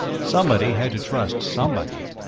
somebody had to trust somebody.